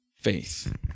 faith